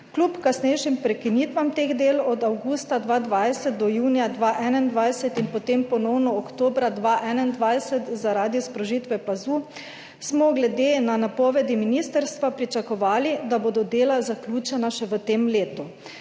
Kljub kasnejšim prekinitvam teh del od avgusta 2020 do junija 2021 in potem ponovno oktobra 2021 zaradi sprožitve plazu smo glede na napovedi ministrstva pričakovali, da bodo dela zaključena še v tem letu.